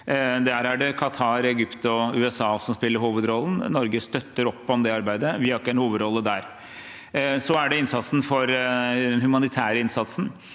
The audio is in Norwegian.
er det Qatar, Egypt og USA som spiller hovedrollen. Norge støtter opp om det arbeidet, men vi har ikke en hovedrolle der. Så er det den humanitære innsatsen.